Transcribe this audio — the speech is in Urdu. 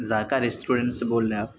ذائقہ ریسٹورنٹ سے بول رہے ہیں آپ